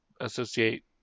associate